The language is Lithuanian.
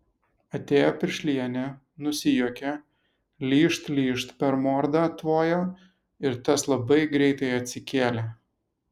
atėjo piršlienė nusijuokė lyžt lyžt per mordą tvojo ir tas labai greitai atsikėlė